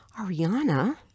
Ariana